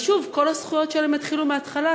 אבל שוב כל הזכויות שלהם יתחילו מהתחלה,